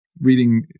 reading